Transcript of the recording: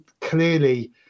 clearly